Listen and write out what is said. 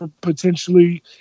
potentially